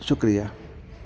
शुक्रिया